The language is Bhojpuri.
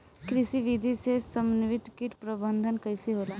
कृषि विधि से समन्वित कीट प्रबंधन कइसे होला?